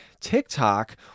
TikTok